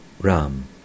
Ram